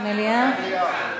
מליאה.